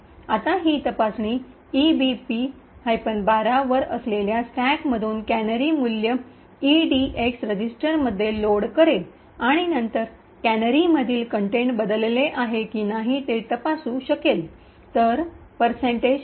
आता हि तपासणी चाचणी - check ईबीपी 12 वर असलेल्या स्टॅकमधून कॅनरी मूल्य ईडीएक्स रजिस्टरमध्ये लोड करेल आणि नंतर कॅनरीमधील कंटेंट बदलले आहे की नाही ते तपासू चाचणी - check शकेल